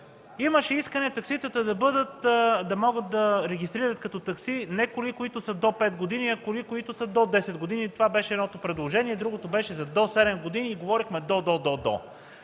Имаше искане да могат да се регистрират като таксита не коли, които са до 5 години, а коли, които са до 10 години. Това беше едното предложение, а другото беше за до седем години. Говорихме – до, до,